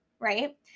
right